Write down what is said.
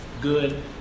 good